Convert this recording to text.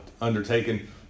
undertaken